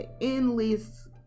endless